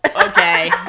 okay